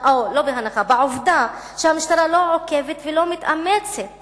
בעובדה שהמשטרה לא עוקבת ולא מתאמצת